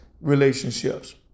relationships